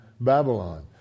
Babylon